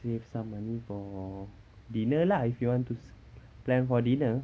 save some money for dinner lah if you want to plan for dinner